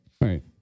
Right